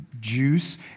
juice